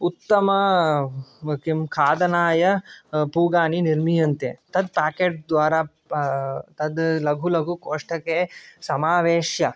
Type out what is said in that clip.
उत्तम किं खादनाय पूगानि निर्मीयन्ते तत् पेकेट् द्वारा तत् लघु लघु कोष्ठके समावेश्य